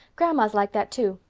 grandma's like that too.